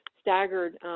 staggered